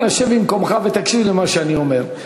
אנא שב במקומך ותקשיב למה שאני אומר.